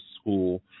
school